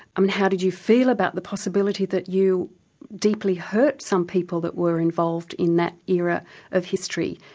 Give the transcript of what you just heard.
and how did you feel about the possibility that you deeply hurt some people that were involved in that era of history,